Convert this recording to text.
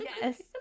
Yes